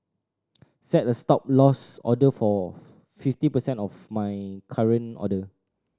set a Stop Loss order for fifty percent of my current order